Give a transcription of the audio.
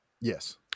Yes